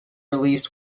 released